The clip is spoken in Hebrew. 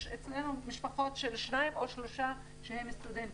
יש אצלנו משפחות של שניים או שלושה שהם סטודנטים,